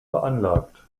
veranlagt